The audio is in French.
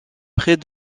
près